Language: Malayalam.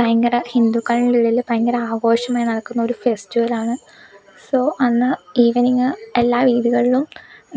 ഭയങ്കര ഹിന്ദുക്കളുടെ ഇതില് ഭയങ്കര ആഘോഷമായി നടക്കുന്ന ഒരു ഫെസ്റ്റിവെല്ലാണ് സോ അന്ന് ഈവെനിംഗ് എല്ലാ വീടുകളിലും